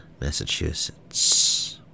Massachusetts